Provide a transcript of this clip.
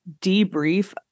debrief